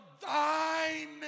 thine